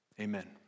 Amen